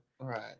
Right